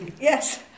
Yes